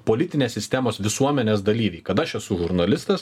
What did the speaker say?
politinės sistemos visuomenės dalyviai kad aš esu žurnalistas